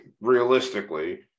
realistically